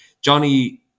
Johnny